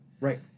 Right